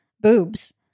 boobs